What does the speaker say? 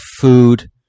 food